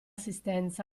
assistenza